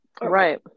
right